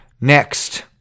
Next